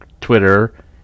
Twitter